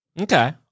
Okay